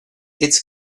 its